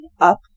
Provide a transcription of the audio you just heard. up